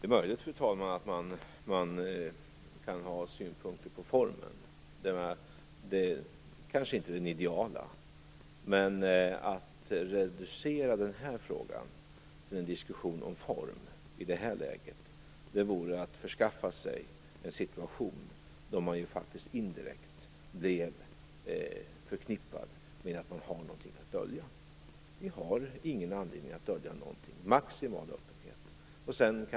Fru talman! Det är möjligt att man kan ha synpunkter på formen. Detta kanske inte är den ideala formen. Men att reducera denna fråga till en diskussion om form i det här läget vore att förskaffa sig en situation där man ju faktiskt indirekt blir förknippad med att ha någonting att dölja. Vi har ingen anledning att dölja någonting. Maximal öppenhet bör råda.